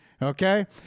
Okay